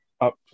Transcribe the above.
up